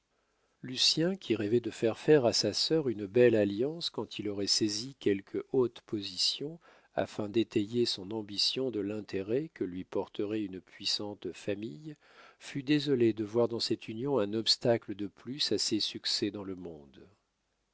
david lucien qui rêvait de faire faire à sa sœur une belle alliance quand il aurait saisi quelque haute position afin d'étayer son ambition de l'intérêt que lui porterait une puissante famille fut désolé de voir dans cette union un obstacle de plus à ses succès dans le monde